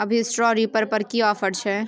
अभी straw reaper पर की ऑफर छै?